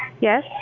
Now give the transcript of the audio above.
Yes